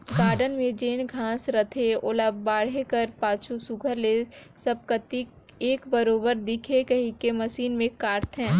garden में जेन घांस रहथे ओला बाढ़े कर पाछू सुग्घर ले सब कती एक बरोबेर दिखे कहिके मसीन में काटथें